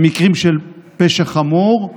במקרים של פשע חמור,